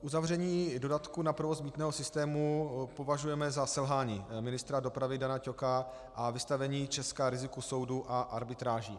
Uzavření dodatku na provoz mýtného systému považujeme za selhání ministra dopravy Dana Ťoka a vystavení Česka riziku soudu a arbitráži.